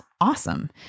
awesome